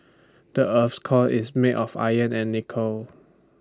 the Earth's core is made of iron and nickel